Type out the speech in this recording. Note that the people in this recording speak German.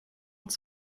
auch